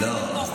לא,